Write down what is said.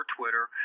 Twitter